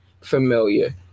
familiar